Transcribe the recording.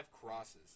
crosses